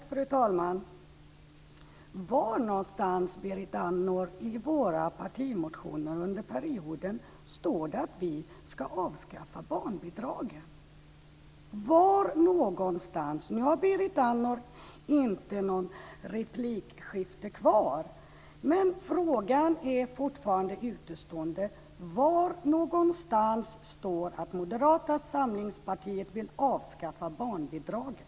Fru talman! Var i våra partimotioner från perioden står det att vi ska avskaffa barnbidraget, Berit Andnor? Berit Andnor har ingen replikrätt, men frågan är fortfarande utestående. Var står det att Moderata samlingspartiet vill avskaffa barnbidraget?